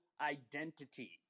identity